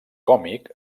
còmic